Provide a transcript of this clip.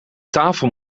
tafel